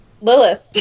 Lilith